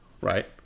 right